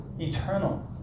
eternal